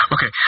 Okay